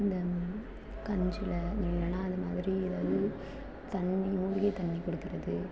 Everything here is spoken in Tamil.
அந்த கஞ்சியில இல்லைன்னா அந்த மாதிரி எதாவது தண்ணி மூலிகை தண்ணி கொடுக்கறது